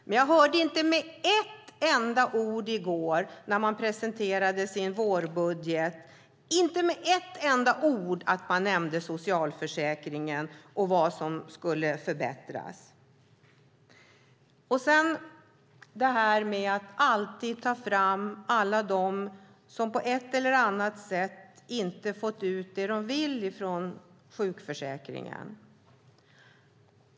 Men i går när man presenterade sin vårbudget hörde jag inte ett enda ord nämnas om socialförsäkringen och vad som skulle förbättras i den. Sedan tar man alltid fram alla dem som på ett eller annat sätt inte fått ut det de vill från sjukförsäkringen.